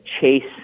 chase